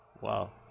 Wow